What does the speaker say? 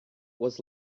was